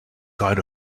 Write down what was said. kind